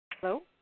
Hello